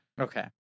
Okay